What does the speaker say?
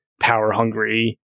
power-hungry